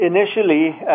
Initially